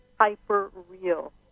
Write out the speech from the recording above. hyper-real